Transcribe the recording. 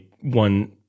one